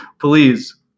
Please